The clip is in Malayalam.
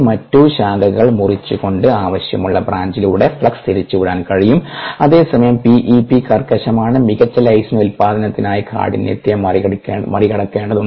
മറ്റ് ശാഖകൾ മുറിച്ചുകൊണ്ട് ആവശ്യമുള്ള ബ്രാഞ്ചിലൂടെ ഫ്ലക്സ് തിരിച്ചു വിടാൻ കഴിയും അതേസമയം പി ഇ പി കർക്കശമാണ് മികച്ച ലൈസിൻ ഉൽപാദനത്തിനായി കാഠിന്യത്തെ മറികടക്കേണ്ടതുണ്ട്